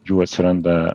jų atsiranda